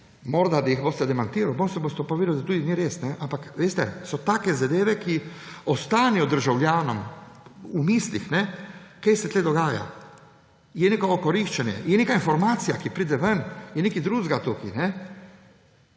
Morda jih boste demantirali, boste pa videli, da tudi ni res, ampak so take zadeve, ki ostanejo državljanom v mislih, kaj se tukaj dogaja. Je neko okoriščanje, je neka informacija, ki pride ven, je nekaj drugega tukaj.